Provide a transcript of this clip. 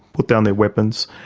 put down their weapons,